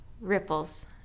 ripples